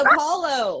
Apollo